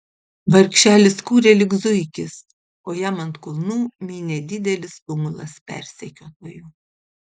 vargšelis kūrė lyg zuikis o jam ant kulnų mynė didelis tumulas persekiotojų